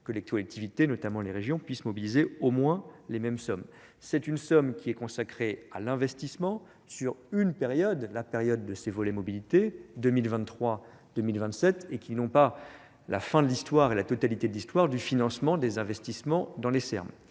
que les collectivités notamment les régions puissent mobiliser au moins les mêmes sommes c'est une somme qui est consacrée à l'investissement sur une période la période de ces volets mobilités deux mille vingt trois deux mille vingt sept et qui n'ont pas la fin de l'histoire et la totalité de l'histoire du financement des investissements dans les